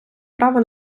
право